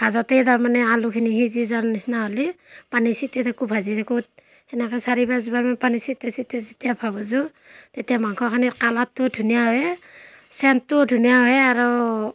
ভাজোতেই তাৰ মানে আলুখিনি সিজি যোৱাৰ নিচিনা হ'লে পানী ছেটিয়াই থাকোঁ ভাজি থাকোঁ এনেকৈ চাৰি পাঁচবাৰমান পানী ছেটিয়াই ছেটিয়াই ছেটিয়াই ভাজোঁ তেতিয়া মাংসখিনি কালাৰটো ধুনীয়া হয় ছেণ্টটোও ধুনীয়া হয় আৰু